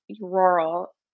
rural